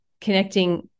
connecting